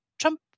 Trump